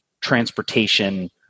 transportation